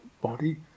body